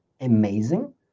amazing